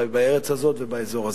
בארץ הזאת ובאזור הזה.